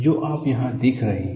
जो आप यहां देख रहे हैं